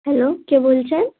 hello কে বলছেন